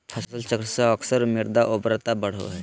फसल चक्र से अक्सर मृदा उर्वरता बढ़ो हइ